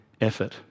effort